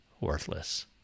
worthless